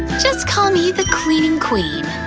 just call me the cleaning queen.